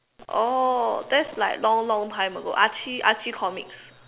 oh that's like long long time ago Archie Archie comics